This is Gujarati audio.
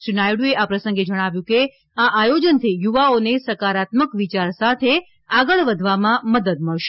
શ્રી નાયડુએ આ પ્રસંગે જણાવ્યું કે આ આયોજનથી યુવાઓને સકારાત્મક વિયાર સાથે આગળ વધવામાં મદદ મળશે